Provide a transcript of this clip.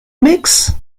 mix